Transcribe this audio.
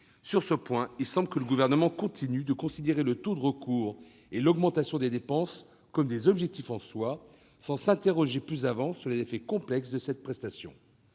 Sur ce point, il semble que le Gouvernement continue de considérer le taux de recours et l'augmentation des dépenses comme des objectifs en soi, sans s'interroger plus avant sur les effets complexes de cette prestation.